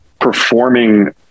performing